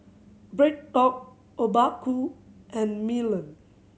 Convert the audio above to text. BreadTalk Obaku and Milan